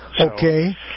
Okay